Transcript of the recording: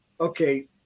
okay